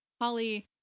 Holly